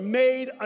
made